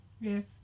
yes